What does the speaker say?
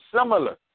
similar